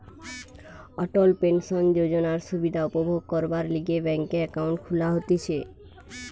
অটল pension যোজনার সুবিধা উপভোগ করবার লিগে ব্যাংকে একাউন্ট খুলা হতিছে